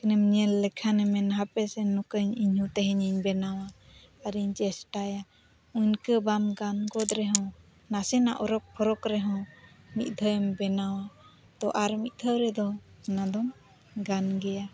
ᱠᱷᱟᱱᱮᱢ ᱧᱮᱞ ᱞᱮᱠᱷᱟᱱᱮᱢ ᱢᱮᱱᱟ ᱦᱟᱯᱮ ᱥᱮ ᱱᱚᱠᱟᱭᱟᱹᱧ ᱤᱧᱦᱚᱸ ᱛᱮᱦᱮᱧᱤᱧ ᱵᱮᱱᱟᱣᱟ ᱟᱨᱤᱧ ᱪᱮᱥᱴᱟᱭᱟ ᱩᱱᱠᱟᱹ ᱵᱟᱢ ᱜᱟᱱ ᱜᱚᱫ ᱨᱮᱦᱚᱸ ᱱᱟᱥᱮᱱᱟᱜ ᱚᱨᱚᱜᱼᱯᱷᱚᱨᱚᱠ ᱨᱮᱦᱚᱸ ᱢᱤᱫ ᱫᱷᱟᱣ ᱮᱢ ᱵᱮᱱᱟᱣᱟ ᱛᱳ ᱟᱨ ᱢᱤᱫ ᱫᱷᱟᱣ ᱨᱮᱫᱚ ᱚᱱᱟ ᱫᱚᱢ ᱜᱟᱱ ᱜᱮᱭᱟ